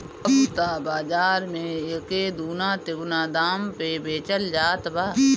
अब त बाज़ार में एके दूना तिगुना दाम पे बेचल जात बा